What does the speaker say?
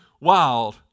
wild